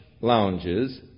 lounges